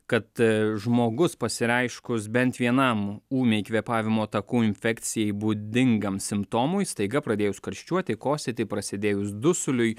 kad žmogus pasireiškus bent vienam ūmiai kvėpavimo takų infekcijai būdingam simptomui staiga pradėjus karščiuoti kosėti prasidėjus dusuliui